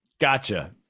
Gotcha